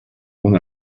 una